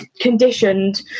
conditioned